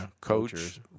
Coach